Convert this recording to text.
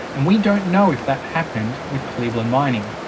and we don't know if that happened with cleveland mining.